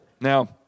Now